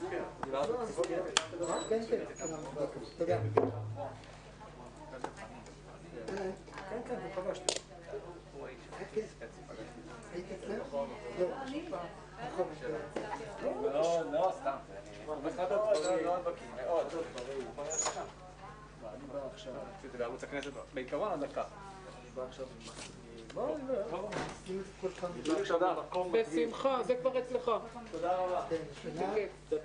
ננעלה בשעה 14:15.